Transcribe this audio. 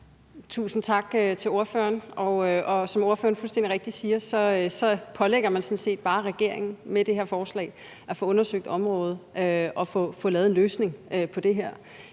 Tusind tak til ordføreren. Og som ordføreren fuldstændig rigtigt siger, så pålægger man med det her forslag sådan set bare regeringen at få undersøgt området og få lavet en løsning på det her.